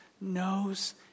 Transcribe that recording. knows